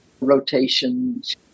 rotations